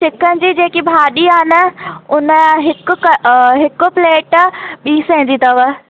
chicken जी जेकी भाॼी आहे न हुन जा हिकु हिकु प्लेट ॿी सौ जी अथव